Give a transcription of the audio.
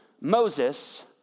Moses